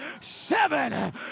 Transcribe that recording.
seven